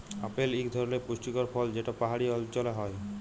apple ইক ধরলের পুষ্টিকর ফল যেট পাহাড়ি অল্চলে হ্যয়